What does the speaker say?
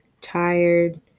tired